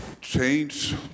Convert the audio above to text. change